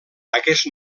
aquest